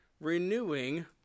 renewing